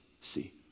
see